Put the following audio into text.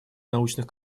научных